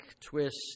twist